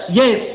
yes